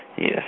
Yes